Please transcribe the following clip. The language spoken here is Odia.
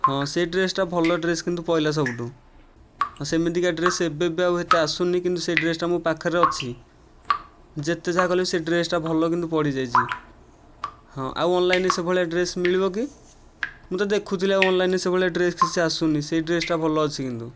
ହଁ ସେ ଡ୍ରେସଟା ଭଲ ଡ୍ରେସ କିନ୍ତୁ ପଡ଼ିଲା ସବୁଠୁ ହଁ ସେମିତିକା ଡ୍ରେସ ଏବେ ଏବେ ଆଉ ସେତେ ଆସୁନି କିନ୍ତୁ ସେ ଡ୍ରେସଟା ମୋ ପାଖରେ ଅଛି ଯେତେ ଯାହା କଲେ ବି ସେ ଡ୍ରେସଟା ଭଲ କିନ୍ତୁ ପଡ଼ିଯାଇଛି ହଁ ଆଉ ଅନଲାଇନରେ ସେଭଳିଆ ଡ୍ରେସ ମିଳିବ କି ମୁଁ ତ ଦେଖୁଥିଲି ଆଉ ଅନଲାଇନରେ ସେଭଳିଆ ଡ୍ରେସ କିଛି ଆସୁନି ସେଇ ଡ୍ରେସଟା ଭଲ ଅଛି କିନ୍ତୁ